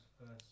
first